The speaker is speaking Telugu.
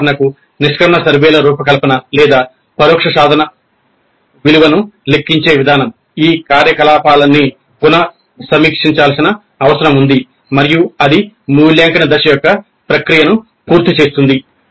ఉదాహరణకు నిష్క్రమణ సర్వేల రూపకల్పన లేదా పరోక్ష సాధన విలువలను లెక్కించే విధానం ఈ కార్యకలాపాలన్నీ పునః సమీక్షించాల్సిన అవసరం ఉంది మరియు అది మూల్యాంకన దశ యొక్క ప్రక్రియను పూర్తి చేస్తుంది